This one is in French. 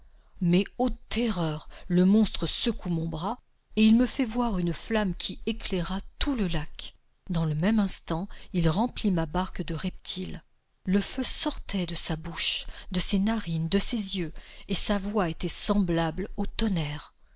mais ô terreur le monstre secoue son bras et il me fait voir une flamme qui éclaira tout le lac dans le même instant il remplit ma barque de reptiles le feu sortait de sa bouche de ses narines de ses yeux et sa voix était semblable au tonnerre